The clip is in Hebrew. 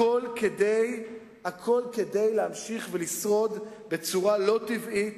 הכול כדי להמשיך ולשרוד בצורה לא טבעית.